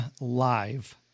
live